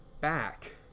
back